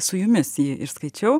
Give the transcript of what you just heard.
su jumis jį išskaičiau